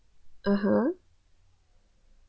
(uh huh)